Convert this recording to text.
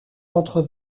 entre